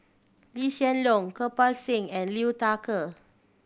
Lee Hsien Loong Kirpal Singh and Liu Thai Ker